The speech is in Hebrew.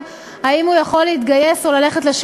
אם הוא מעל גיל 22,